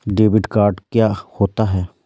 Debit card क्या होता है?